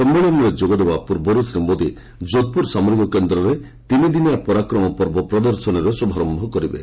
ସମ୍ମିଳନୀରେ ଯୋଗ ଦେବା ପୂର୍ବରୁ ଶ୍ରୀ ମୋଦି ଯୋଧପୁର ସାମରିକ କେନ୍ଦ୍ରରେ ତିନିଦିନିଆ ପରାକ୍ରମ ପର୍ବ ପ୍ରଦର୍ଶନୀର ଶୁଭାରମ୍ଭ କରିବେ